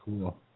cool